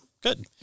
Good